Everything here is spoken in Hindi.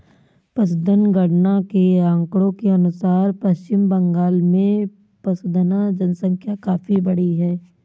पशुधन गणना के आंकड़ों के अनुसार पश्चिम बंगाल में पशुधन जनसंख्या काफी बढ़ी है